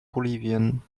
bolivien